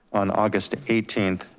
on august eighteenth,